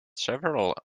several